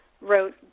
wrote